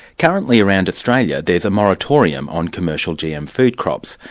currently around australia there's a moratorium on commercial gm food crops.